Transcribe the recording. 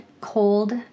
cold